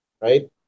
right